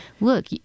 look